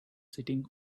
sitting